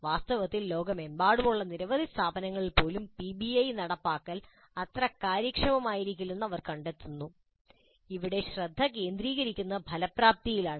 വാസ്തവത്തിൽ ലോകമെമ്പാടുമുള്ള നിരവധി സ്ഥാപനങ്ങളിൽ പോലും പിബിഐ നടപ്പാക്കൽ അത്ര കാര്യക്ഷമമായിരിക്കില്ലെന്ന് അവർ കണ്ടെത്തുന്നു പക്ഷേ ഇവിടെ ശ്രദ്ധ കേന്ദ്രീകരിക്കുന്നത് ഫലപ്രാപ്തിയിലാണ്